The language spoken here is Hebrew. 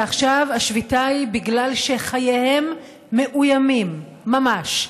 ועכשיו השביתה היא בגלל שחייהם מאוימים ממש.